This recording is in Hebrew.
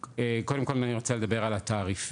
קודם כל אני רוצה לדבר על התעריפים.